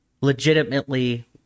legitimately